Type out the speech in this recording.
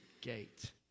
gate